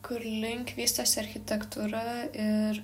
kurlink vystosi architektūra ir